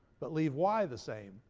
but leave y the same?